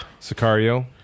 Sicario